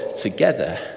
together